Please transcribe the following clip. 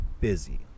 busy